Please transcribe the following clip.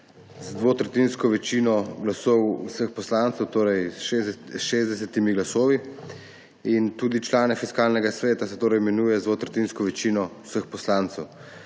z dvotretjinsko večino glasov vseh poslancev, torej s 60 glasovi. In tudi člani Fiskalnega sveta se torej imenujejo z dvotretjinsko večino vseh poslancev.